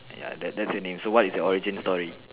ya that that's your name so what is your origin story